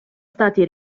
stati